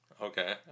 okay